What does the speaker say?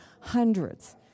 hundreds